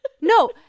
No